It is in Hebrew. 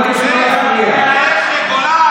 אינו נוכח אמיר אוחנה,